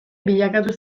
bilakatu